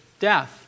death